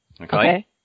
Okay